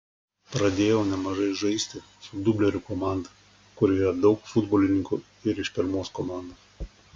pradėjau nemažai žaisti su dublerių komanda kurioje daug futbolininkų ir iš pirmos komandos